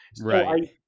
Right